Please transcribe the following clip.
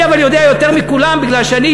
אבל אני יודע יותר מכולם בגלל שאני